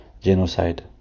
genocide